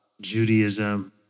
Judaism